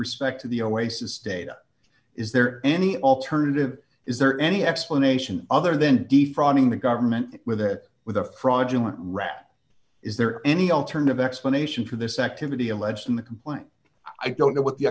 respect to the oasis data is there any alternative is there any explanation other than defrauding the government with a with a fraudulent rat is there any alternative explanation for this activity alleged in the complaint i don't know what the